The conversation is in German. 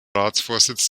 ratsvorsitz